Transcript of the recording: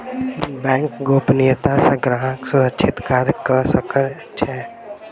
bank गोपनियता सॅ ग्राहक सुरक्षित कार्य कअ सकै छै